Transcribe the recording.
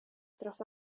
dros